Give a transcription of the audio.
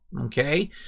Okay